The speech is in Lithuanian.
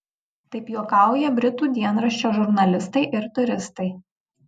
taip juokauja britų dienraščio žurnalistai ir turistai